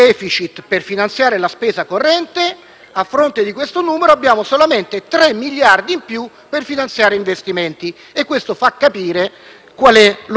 la spesa corrente, abbiamo solamente 3 miliardi in più per finanziare investimenti. Questo fa capire qual è l'orientamento di questa manovra.